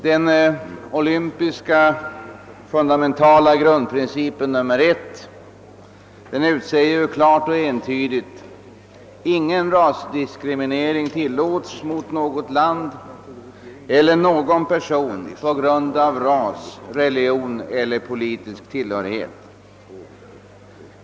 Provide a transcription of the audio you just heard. Den olympiska grundprincipen nr 1 utsäger klart och entydigt att diskriminering icke tillåtes mot något land eller någon person på grund av ras, religion eller politisk tillhörighet.